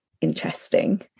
interesting